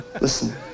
Listen